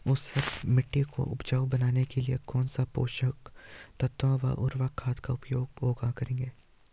ऊसर मिट्टी को उपजाऊ बनाने के लिए कौन कौन पोषक तत्वों व उर्वरक खाद का उपयोग करेंगे?